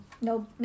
No